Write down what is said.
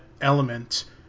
element